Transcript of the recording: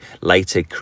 later